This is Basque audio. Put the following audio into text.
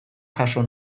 jaso